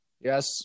yes